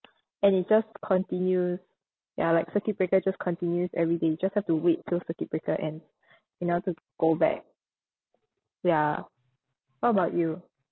and it just continues ya like circuit breaker just continues every day you just have to wait till circuit breaker end in order to go back ya what about you